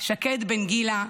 שקד בן גילה,